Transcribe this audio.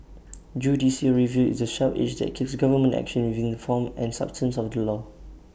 judicial review is the sharp edge that keeps government action within the form and substance of the law